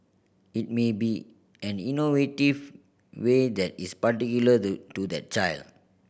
it may be an innovative way that is particular the to that child